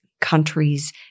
countries